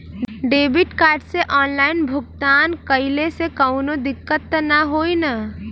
Debit card से online भुगतान कइले से काउनो दिक्कत ना होई न?